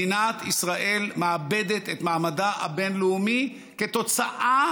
מדינת ישראל מאבדת את מעמדה הבין-לאומי כתוצאה